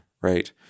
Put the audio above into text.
Right